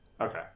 Okay